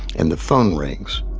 and the phone rings.